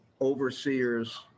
overseers